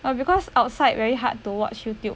uh because outside very hard to watch Youtube